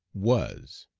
was.